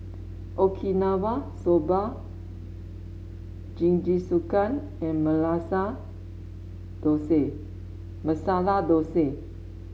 Okinawa Soba Jingisukan and Dosa Masala Dosa